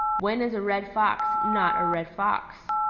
when is a red fox not a red fox?